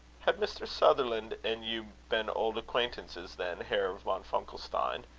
had mr. sutherland and you been old acquaintances then, herr von funkelstein?